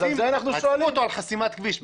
עצרו אותו על חסימת כביש.